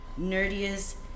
Nerdiest